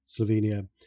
slovenia